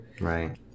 Right